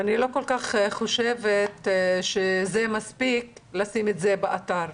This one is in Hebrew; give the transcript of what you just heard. אני לא חושבת שזה מספיק לשים את זה באתר.